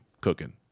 cooking